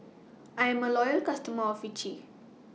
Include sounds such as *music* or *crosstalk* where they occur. I'm A Loyal customer of Vichy *noise*